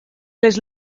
les